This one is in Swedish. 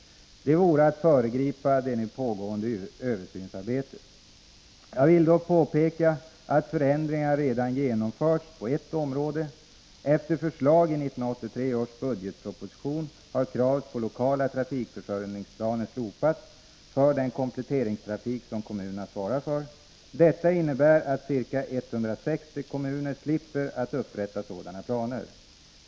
Det vore att föregripa det pågående översynsarbetet. Jag vill dock påpeka att förändringar redan genomförts på ett område. Efter förslag i 1983 års budgetproposition har kravet på lokala trafikförsörjningsplaner slopats för den kompletteringstrafik som kommunerna svarar för. Detta innebär att ca 160 kommuner slipper att upprätta sådana planer.